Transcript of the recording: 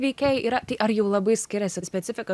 veikėjai yra tai ar jau labai skiriasi specifika